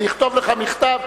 אני אכתוב לך מכתב,